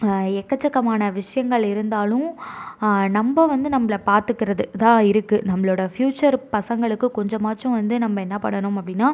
எக்கச்சக்கமான விஷயங்கள் இருந்தாலும் நம்ப வந்து நம்பளை பார்த்துக்குறது தான் இருக்குது நம்மளோடய ஃப்யூச்சர் பசங்களுக்கு கொஞ்சமாச்சும் வந்து நம்ம என்ன பண்ணணும் அப்படின்னா